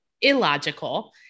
illogical